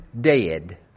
dead